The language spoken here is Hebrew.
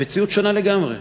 המציאות שונה לגמרי.